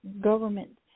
government